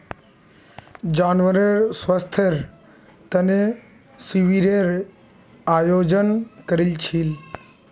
जानवरेर स्वास्थ्येर तने शिविरेर आयोजन करील छिले